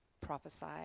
prophesy